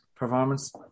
performance